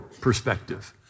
perspective